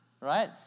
right